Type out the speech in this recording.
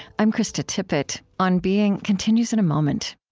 i'm krista tippett. on being continues in a moment